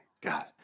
god